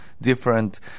different